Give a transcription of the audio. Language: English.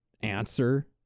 answer